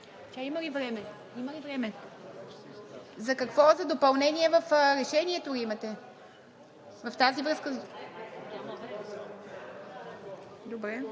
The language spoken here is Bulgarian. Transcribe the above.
Тя има ли време? За какво е – за допълнение в Решението ли имате, в тази връзка ли? Добре,